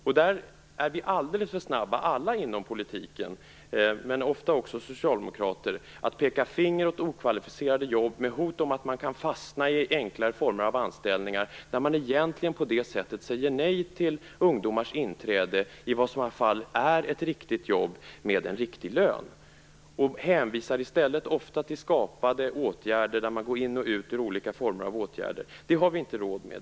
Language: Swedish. Vi är alla inom politiken, och det gäller ofta socialdemokrater, alldeles för snabba med att peka finger åt okvalificerade jobb, med hot om att man kan fastna i enklare former av anställningar. Då säger vi egentligen nej till ungdomars inträde i något som i varje fall är ett riktigt jobb med en riktig lön. Det hänvisas i stället ofta till skapade åtgärder, som man går in i och ut ur. Det har vi inte råd med.